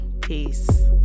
Peace